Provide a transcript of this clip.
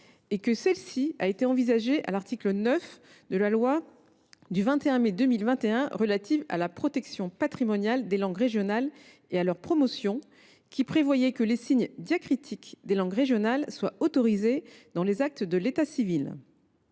Celle ci a été envisagée à l’article 9 de la loi du 21 mai 2021 relative à la protection patrimoniale des langues régionales et à leur promotion, qui prévoyait d’autoriser les signes diacritiques des langues régionales dans les actes de l’état civil.